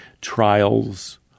Trials